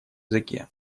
языке